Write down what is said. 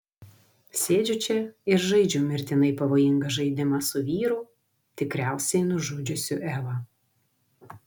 sėdžiu čia ir žaidžiu mirtinai pavojingą žaidimą su vyru tikriausiai nužudžiusiu evą